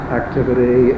activity